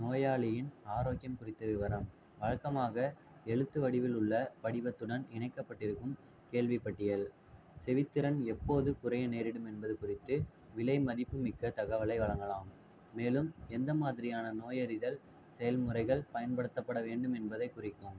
நோயாளியின் ஆரோக்கியம் குறித்த விவரம் வழக்கமாக எழுத்து வடிவில் உள்ள படிவத்துடன் இணைக்கப்பட்டிருக்கும் கேள்விப்பட்டியல் செவித்திறன் எப்போது குறைய நேரிடும் என்பது குறித்து விலை மதிப்புமிக்க தகவலை வழங்கலாம் மேலும் எந்த மாதிரியான நோயறிதல் செயல்முறைகள் பயன்படுத்தப்பட வேண்டும் என்பதை குறிக்கும்